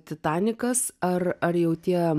titanikas ar ar jau tie